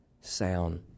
sound